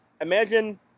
imagine